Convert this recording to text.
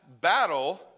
battle